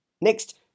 Next